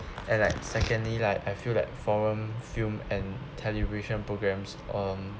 and like secondly like I feel that foreign film and television programs um